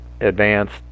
advanced